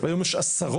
היום יש עשרות.